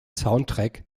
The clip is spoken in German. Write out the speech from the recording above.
soundtrack